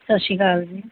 ਸਤਿ ਸ਼੍ਰੀ ਅਕਾਲ ਜੀ